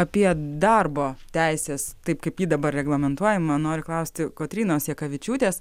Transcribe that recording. apie darbo teises taip kaip ji dabar reglamentuojama noriu klausti kotrynos jakavičiūtės